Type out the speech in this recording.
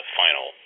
final